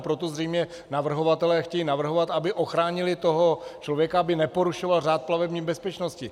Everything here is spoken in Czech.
Proto zřejmě navrhovatelé chtějí navrhovat, aby ochránili toho člověka, aby neporušoval řád plavební bezpečnosti.